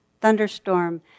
thunderstorm